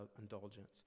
indulgence